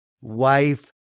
wife